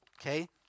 okay